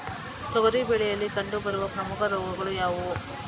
ತೊಗರಿ ಬೆಳೆಯಲ್ಲಿ ಕಂಡುಬರುವ ಪ್ರಮುಖ ರೋಗಗಳು ಯಾವುವು?